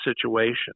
situation